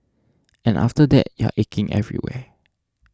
and after that you're aching everywhere